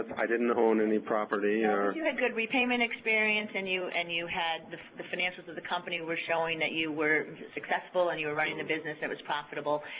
i didn't own any property or but you had good repayment experience, and you and you had the financials of the company were showing that you were successful and you were running a business that was profitable,